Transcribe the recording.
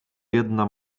jedna